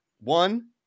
One